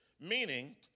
meaning